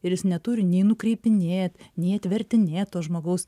ir jis neturi nei nukreipinėt nei atvertinėt to žmogaus